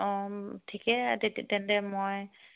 অঁ ঠিকে তে তেন্তে মই